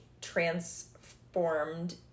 transformed